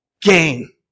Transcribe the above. gain